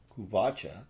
Kuvacha